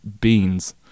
beans